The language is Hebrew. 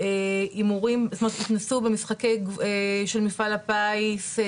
שהתנסו במשחקים של מפעל הפיס,